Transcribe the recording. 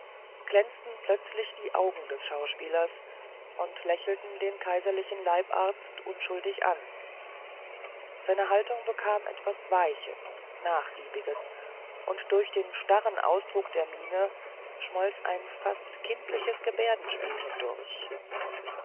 glänzten plötzlich die augen des schauspielers und lächelten den kaiserlichen leibarzt unschuldig an seine haltung bekam etwas weiches nachgiebiges und durch den starren ausdruck der miene schmolz ein fast kindliches gebärdenspiel hindurch